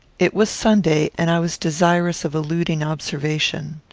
it was sunday, and i was desirous of eluding observation.